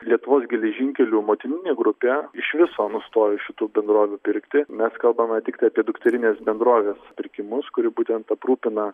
lietuvos geležinkelių motininė grupė iš viso nustojo iš šitų bendrovių pirkti mes kalbame tiktai apie dukterinės bendrovės pirkimus kurių būtent aprūpina